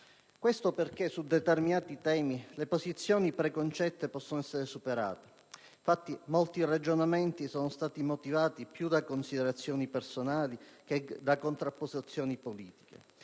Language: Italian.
Questo perché su determinati temi le posizioni preconcette possono essere superate; infatti, molti ragionamenti sono stati motivati più da considerazioni personali che da contrapposizioni politiche.